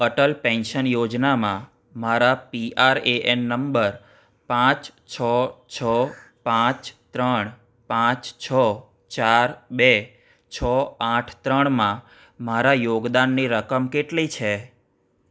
Atal pension યોજનામાં મારા PRAN number પાંચ છ છ પાંચ ત્રણ પાંચ છ ચાર બે છો આઠ ત્રણમાં મારા યોગદાનની રકમ કેટલી છે